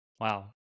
wow